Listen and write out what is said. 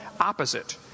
opposite